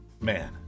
man